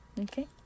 Okay